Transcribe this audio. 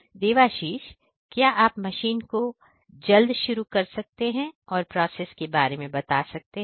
देवाशीष क्या आप मशीन को जल्द शुरू कर सकते हैं और प्रोसेस के बारे में बता सकते हैं